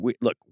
Look